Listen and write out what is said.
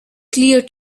clear